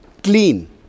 clean